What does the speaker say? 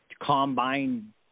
combine